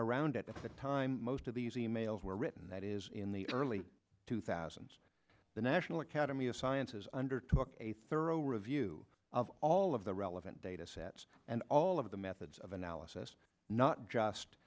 around at the time most of these emails were written that is in the early two thousand the national academy of sciences undertook a thorough review of all of the relevant data sets and all of the methods of analysis not just